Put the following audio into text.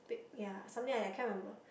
ya something like that can't remember